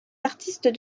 artistes